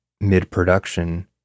mid-production